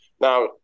now